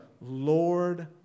Lord